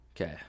Okay